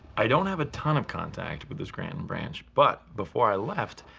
i don't have a ton of contact with the scranton branch but, before i left,